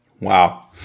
Wow